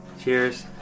Cheers